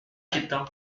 quittant